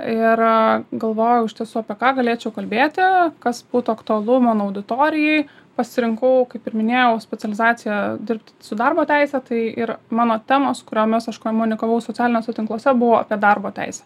ir galvojau iš tiesų apie ką galėčiau kalbėti kas būtų aktualu mano auditorijai pasirinkau kaip ir minėjau specializaciją dirbt su darbo teise tai ir mano temos kuriomis aš komunikavau socialiniuose tinkluose buvo apie darbo teisę